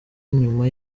inyuma